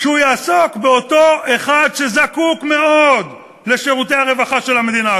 שהוא יעסוק באותו אחד שזקוק מאוד לשירותי הרווחה של המדינה,